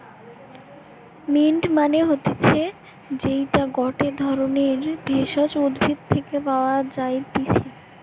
mint মানে হতিছে যেইটা গটে ধরণের ভেষজ উদ্ভিদ থেকে পাওয় যাই্তিছে